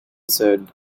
said